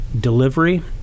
delivery